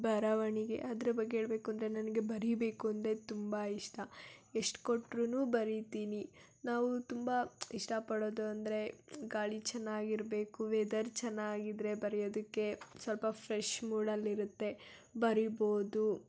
ಬರವಣಿಗೆ ಅದ್ರ ಬಗ್ಗೆ ಹೇಳ್ಬೇಕು ಅಂದರೆ ನನಗೆ ಬರಿಬೇಕು ಅಂದರೆ ತುಂಬ ಇಷ್ಟ ಎಷ್ಟು ಕೊಟ್ರೂ ಬರಿತೀನಿ ನಾವು ತುಂಬ ಇಷ್ಟ ಪಡೋದು ಅಂದರೆ ಗಾಳಿ ಚೆನ್ನಾಗಿ ಇರಬೇಕು ವೆದರ್ ಚೆನ್ನಾಗಿದ್ದರೆ ಬರೆಯೋದಕ್ಕೆ ಸ್ವಲ್ಪ ಫ್ರೆಶ್ ಮೂಡಲ್ಲಿ ಇರುತ್ತೆ ಬರಿಬೋದು